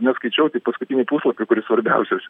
neskaičiau tik paskutinį puslapį kuris svarbiausias